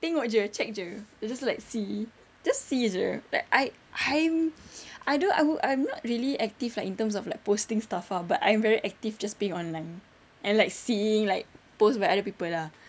tengok jer check jer it's just like see just see jer like I I'm I do I would I'm not really active lah in terms of like posting stuff ah but I'm very active just being online and like seeing like post by other people lah